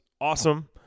awesome